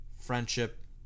friendship